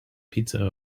pizza